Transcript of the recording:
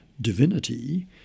divinity